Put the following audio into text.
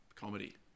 comedy